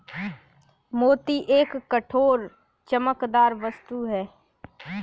मोती एक कठोर, चमकदार वस्तु है